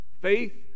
faith